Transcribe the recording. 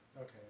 Okay